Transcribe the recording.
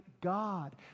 God